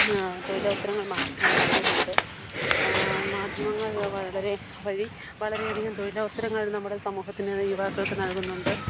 തൊഴിലവസരങ്ങൾ മാധ്യമങ്ങൾ നൽകുന്നുണ്ട് മാധ്യമങ്ങൾ വളരെ വഴി വളരെയധികം തൊഴിലവസരങ്ങൾ നമ്മുടെ സമൂഹത്തിന് യുവാക്കൾക്ക് നൽകുന്നുണ്ട്